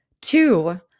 two